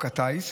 הטיס,